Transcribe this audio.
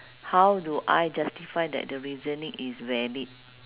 how do I justify that the reasoning is valid